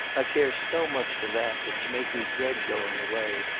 i care so much for that as to make me dread going away,